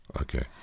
Okay